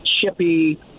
chippy